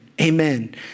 amen